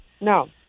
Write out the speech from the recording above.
No